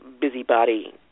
busybody